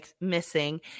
Missing